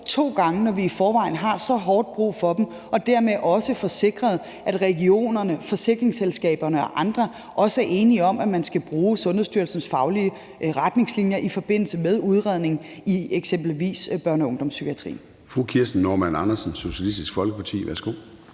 to gange, når vi i forvejen har så hårdt brug for dem, og dermed også får sikret, at regionerne, forsikringsselskaberne og andre er enige om, at man skal bruge Sundhedsstyrelsens faglige retningslinjer i forbindelse med udredning i eksempelvis børne- og ungdomspsykiatrien.